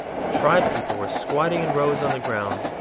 the tribe people were squatting in rows on the ground,